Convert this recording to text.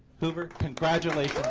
hoover, congratulations